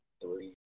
three